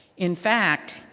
in fact,